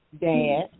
dad